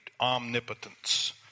omnipotence